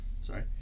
sorry